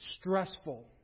stressful